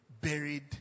buried